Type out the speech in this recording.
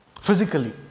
Physically